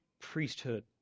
priesthood